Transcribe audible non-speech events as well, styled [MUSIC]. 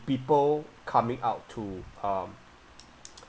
people coming out to um [NOISE]